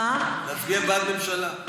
גם לך יש אופציה.